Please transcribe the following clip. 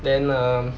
then err